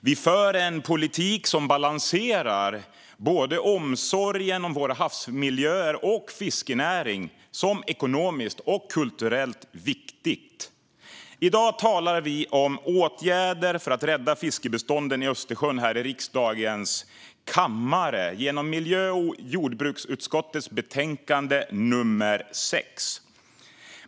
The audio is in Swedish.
Vi för en politik som balanserar omsorg om både våra havsmiljöer och fiskenäringen som ekonomiskt och kulturellt viktig. I dag talar vi om åtgärder för att rädda fiskbestånden i Östersjön här i riksdagens kammare genom att vi behandlar miljö och jordbruksutskottets betänkande nummer 6.